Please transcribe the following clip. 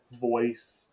voice